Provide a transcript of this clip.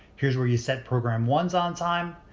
here's where you set program one's on time.